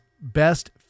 best